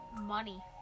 Money